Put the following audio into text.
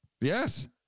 Yes